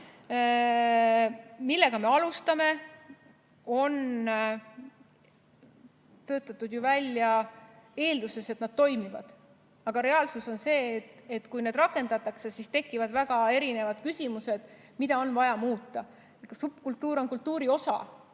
millega me alustame, on töötatud välja eeldusel, et nad toimivad. Aga reaalsus on see, et kui need rakendatakse, siis tekivad väga erinevad küsimused, mida on vaja muuta. Subkultuur on kultuuri osa,